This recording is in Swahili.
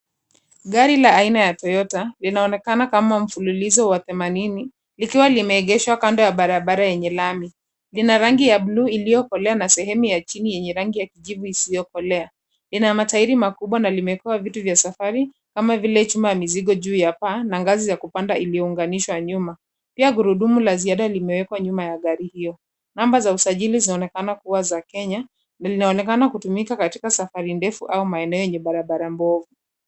Gari la aina ya Toyota linaonekana kama mfululizo wa themanini likiwa limeegeshwa kando ya barabara yenye lami. Lina rangi ya bluu iliyokolea na sehemu ya chini yenye rangi ya kijivu isiyokolea, ina matairi makubwa na limekuwa vitu vya safari kama vile chuma ya mizigo juu ya paa na ngazi ya kupanda iliunganishwa nyuma, pia gurudumu la ziada limewekwa nyuma ya gari hiyo. Namba za usajili zinaonekana kuwa za Kenya na linaonekana kutumika katika safari ndefu au maeneo yenye barabara mbovu.